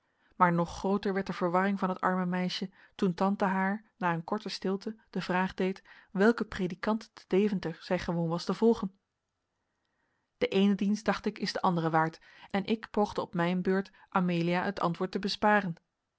maar nog grooter werd de verwarring van het arme meisje toen tante haar na een korte stilte de vraag deed welken predikant te deventer zij gewoon was te volgen de eene dienst dacht ik is den anderen waard en ik poogde op mijne beurt amelia het antwoord te besparen